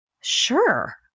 Sure